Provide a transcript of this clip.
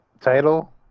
title